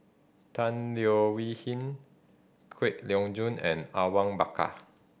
Tan Leo Wee Hin Kwek Loeng Joon and Awang Bakar